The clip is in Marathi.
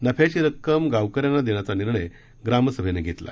नफ्याची रक्कम गावकऱ्यांना देण्याचा निर्णय ग्रामसभैने घेतला